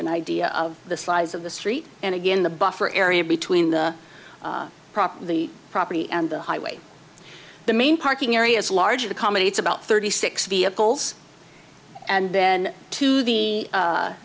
an idea of the size of the street and again the buffer area between the prop the property and the highway the main parking area as large of a comedy it's about thirty six vehicles and then to